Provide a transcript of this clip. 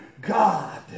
God